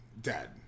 dead